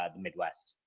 um the midwest?